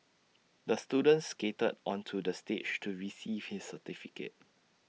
the student skated onto the stage to receive his certificate